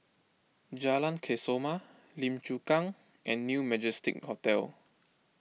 Jalan Kesoma Lim Chu Kang and New Majestic Hotel